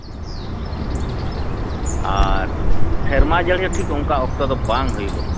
ᱟᱨ ᱥᱮᱨᱢᱟ ᱡᱟᱹᱲᱤ ᱦᱚᱸ ᱴᱷᱤᱠ ᱚᱱᱠᱟ ᱚᱠᱛᱚ ᱫᱚ ᱵᱟᱝ ᱦᱩᱭᱩᱜᱚᱜ ᱠᱟᱱᱟ